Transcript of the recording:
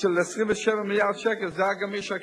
מוסיפים הרבה דברים לתוך הסל,